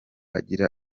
agira